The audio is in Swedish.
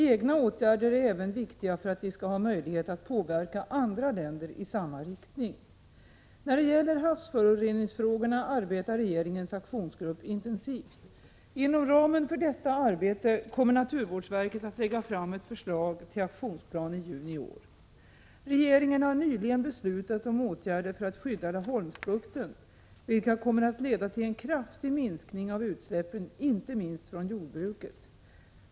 Egna åtgärder är även viktiga för att vi skall ha möjligheter att påverka andra länder i samma riktning. När det gäller havsföroreningsfrågorna arbetar regeringens aktionsgrupp intensivt. Inom ramen för detta arbete kommer naturvårdsverket att lägga fram ett förslag till aktionsplan i juni i år. Regeringen har nyligen beslutat om åtgärder för att skydda Laholmsbukten, vilka kommer att leda till en kraftig minskning av utsläppen inte minst från jordbruket.